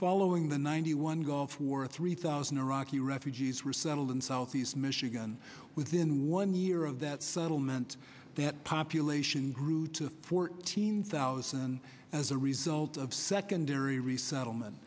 following the ninety one gulf war three thousand iraqi refugees resettled in southeast michigan within one year of that settlement that population grew to fourteen thousand as a result of secondary resettlement